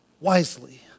wisely